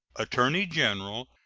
attorney-general,